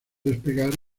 despegar